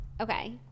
Okay